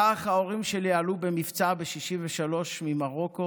כך ההורים שלי עלו במבצע ב-1963 ממרוקו,